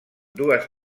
dues